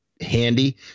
handy